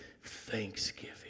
thanksgiving